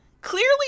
clearly